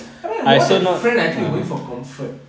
I mean more than friend I think you going for comfort